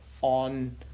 on